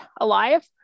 alive